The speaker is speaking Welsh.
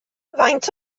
faint